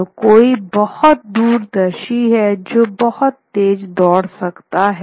तो कोई बहुत दूरदर्शी है कोई बहुत तेज दौड़ सकता है